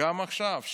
גם עכשיו,